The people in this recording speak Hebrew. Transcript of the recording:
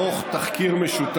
הצעתי לפלסטינים לערוך תחקיר משותף,